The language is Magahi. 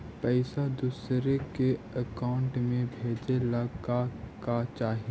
पैसा दूसरा के अकाउंट में भेजे ला का का चाही?